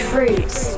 Fruits